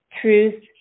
truth